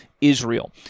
Israel